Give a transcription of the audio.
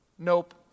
Nope